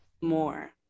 more